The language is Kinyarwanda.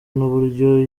nuburyo